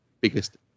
biggest